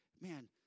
man